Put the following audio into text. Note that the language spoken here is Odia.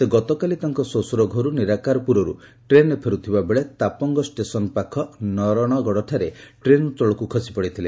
ସେ ଗତକାଲି ତାଙ୍କ ଶ୍ୱଶୁର ଘରୁ ନିରାକାରପୁରରୁ ଟ୍ରେନ୍ରେ ଫେରୁଥିବା ବେଳେ ତାପଙ୍ଙ ଷ୍ଟେସନ୍ ପାଖ ନରଣଗଡ଼ଠାରେ ଟ୍ରେନ୍ରୁ ତଳକୁ ଖସି ପଡ଼ିଥିଲେ